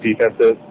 defenses